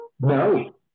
no